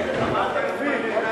מה אתה מתפלא,